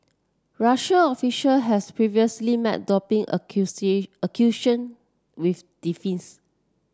Russian official has previously met doping with